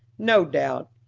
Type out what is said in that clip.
no doubt,